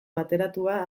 bateratua